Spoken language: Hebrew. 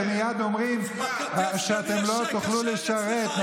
אתם מייד אומרים שאתם לא תוכלו לשרת,